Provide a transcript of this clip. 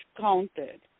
counted